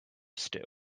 stew